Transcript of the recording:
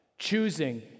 choosing